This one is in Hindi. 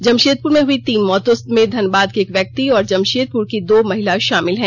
जमशेदपुर में हई तीन मौतों में धनबाद के एक व्यक्ति और जमशेदपुर की दो महिला शामिल है